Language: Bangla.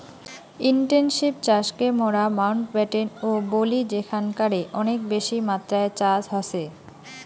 ইনটেনসিভ চাষকে মোরা মাউন্টব্যাটেন ও বলি যেখানকারে অনেক বেশি মাত্রায় চাষ হসে